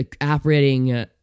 operating